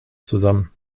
zusammen